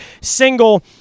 single